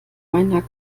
meiner